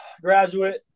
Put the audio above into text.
graduate